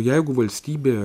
jeigu valstybė